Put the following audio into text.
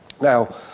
Now